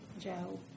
Joe